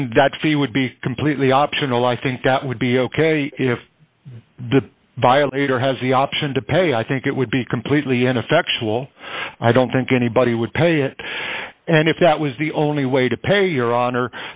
and that fee would be completely optional i think that would be ok if the violator has the option to pay i think it would be completely ineffectual i don't think anybody would pay it and if that was the only way to pay your honor